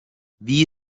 wie